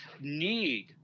need